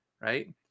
Right